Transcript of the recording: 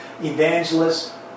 evangelists